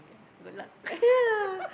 okay good luck